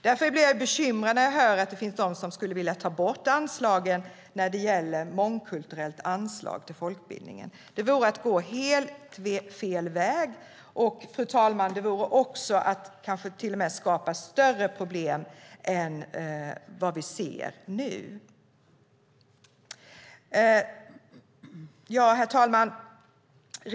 Därför blir jag bekymrad när jag hör att det finns de som vill ta bort anslagen för mångkulturellt arbete i folkbildningen. Det vore att gå helt fel väg, och det vore också att kanske till och med skapa större problem än vi ser nu. Herr talman!